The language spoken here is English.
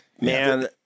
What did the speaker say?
man